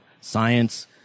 science